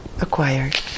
acquired